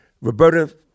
Roberta